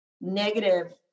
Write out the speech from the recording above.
negative